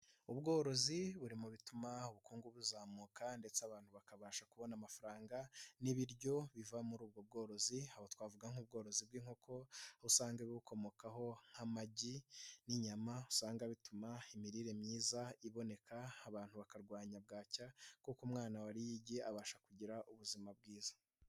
Ubworozi buri mu bituma ubukungu buzamuka ndetse abantu bakabasha kubona amafaranga n'ibiryo biva muri ubwo bworozi, aho twavuga nk'ubworozi bw'inkoko, aho usanga bukomokaho nk'amagi n'inyama usanga bituma imirire myiza iboneka abantu bakarwanya bwacya kuko umwana wariye igi abasha kugira ubuzima bwiza.